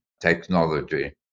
technology